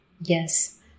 yes